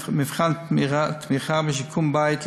מבחן תמיכה בשיקום בית,